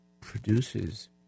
produces